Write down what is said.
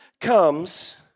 comes